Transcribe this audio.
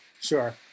Sure